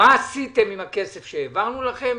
מה עשיתם עם הכסף שהעברנו לכם?